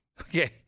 Okay